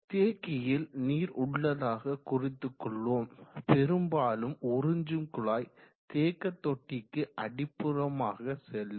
தேக்கியில் நீர் உள்ளதாக குறித்து கொள்வோம் பெரும்பாலும் உறிஞ்சும் குழாய் தேக்க தொட்டிக்கு அடிப்புறமாக செல்லும்